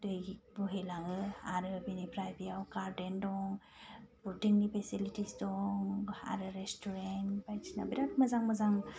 दै बोहैलाङो आरो बिनिफ्राय बेयाव गार्डेन दं बटिंनि फेसिलिटिस दं आरो रेस्टुरेन्ट आरो बायदिसिना बिरात मोजां मोजां